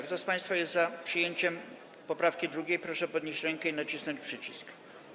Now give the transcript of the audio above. Kto z państwa jest za przyjęciem poprawki 2., proszę podnieść rękę i nacisnąć przycisk.